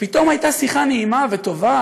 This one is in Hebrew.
ופתאום הייתה שיחה נעימה וטובה,